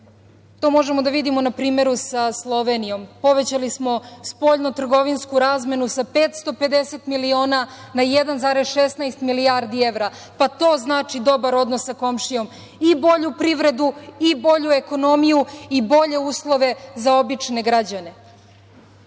To možemo da vidimo na primeru sa Slovenijom. Povećali smo spoljnotrgovinsku razmenu sa 550 miliona na 1,16 milijardi evra. Pa to znači dobar odnos sa komšijom i bolju privredu i bolju ekonomiju i bolje uslove za obične građane. Druga